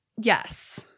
Yes